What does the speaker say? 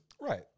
right